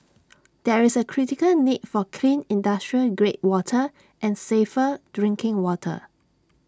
there is A critical need for clean industrial grade water and safer drinking water